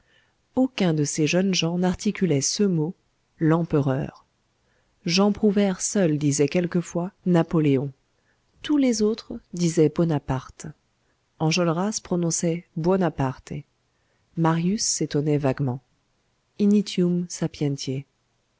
aucun de ces jeunes gens n'articulait ce mot l'empereur jean prouvaire seul disait quelquefois napoléon tous les autres disaient bonaparte enjolras prononçait buonaparte marius s'étonnait vaguement initium sapientiæ